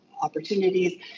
opportunities